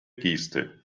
geste